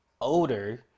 older